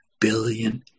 billion